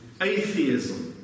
atheism